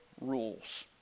rules